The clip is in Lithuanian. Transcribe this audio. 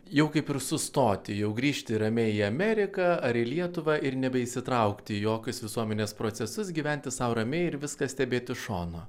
jau kaip ir sustoti jau grįžti ramiai į ameriką ar į lietuvą ir nebeįsitraukti į jokius visuomenės procesus gyventi sau ramiai ir viską stebėt iš šono